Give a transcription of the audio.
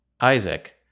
Isaac